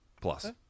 Plus